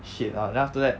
shit lah then after that